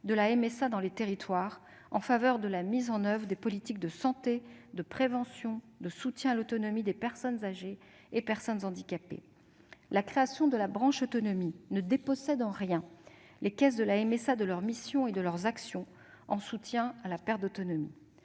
de la MSA dans les territoires, en faveur de la mise en oeuvre des politiques de santé, de prévention et de soutien à l'autonomie des personnes âgées et des personnes handicapées. La création de la branche autonomie ne dépossède en rien les caisses de la MSA de leurs missions et de leurs actions en soutien à la perte d'autonomie.